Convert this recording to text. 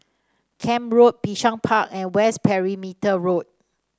Camp Road Bishan Park and West Perimeter Road